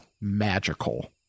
magical